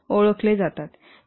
ओळखले जातात